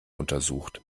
untersucht